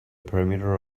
perimeter